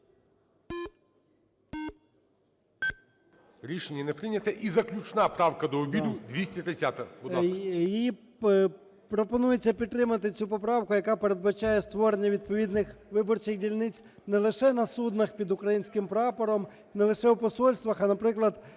Рішення не прийнято. І заключна правка до обіду 230-а. Будь ласка. 14:15:02 ЧЕРНЕНКО О.М. Пропонується підтримати цю поправку, яка передбачає створення відповідних виборчих дільниць не лише на суднах під українським прапором, не лише у посольствах, а, наприклад,